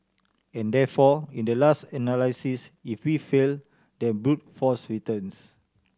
and therefore in the last analysis if we fail then brute force returns